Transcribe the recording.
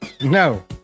No